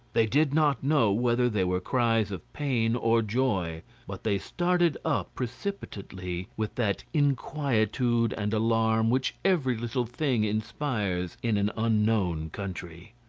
they did not know whether they were cries of pain or joy but they started up precipitately with that inquietude and alarm which every little thing inspires in an unknown country.